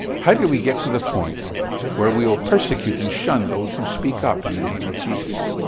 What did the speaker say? how did we get to the point where we will persecute and shun those who speak up in the name of jesus?